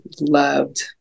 loved